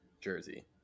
jersey